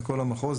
לכל המחוז.